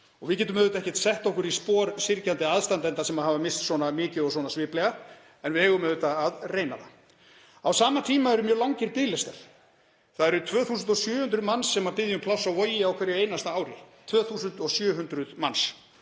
Við getum auðvitað ekki sett okkur í spor syrgjandi aðstandenda sem hafa misst svona mikið og svona sviplega en við eigum að reyna það. Á sama tíma eru mjög langir biðlistar. Það eru 2.700 manns sem biðja um pláss á Vogi á hverju einasta ári, 2.700 manns.